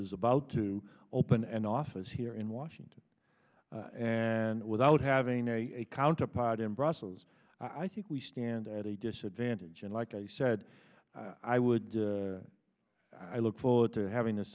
rs about to open an office here in washington and without having a counterpart in brussels i think we stand at a disadvantage and like i said i would i look forward to having this